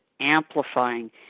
amplifying